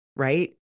Right